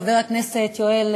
חבר הכנסת יואל,